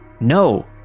No